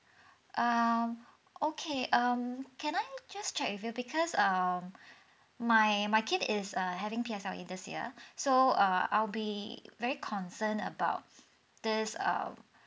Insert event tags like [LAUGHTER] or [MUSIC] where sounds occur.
um okay um can I just check with you because um [BREATH] my my kid is uh having P_S_L_E this year so err I'll be very concerned about this um